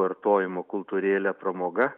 vartojimo kultūrėlę pramoga